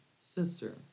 sister